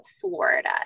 Florida